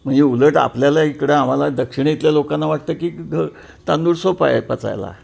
म्हणजे उलट आपल्याला इकडं आम्हाला दक्षिणेतल्या लोकांना वाटतं की ग तांदूळ सोपा आहे पचायला